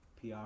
PR